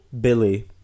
Billy